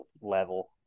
level